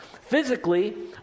Physically